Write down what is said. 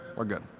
we're good.